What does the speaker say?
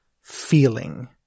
feeling